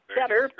better